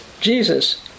Jesus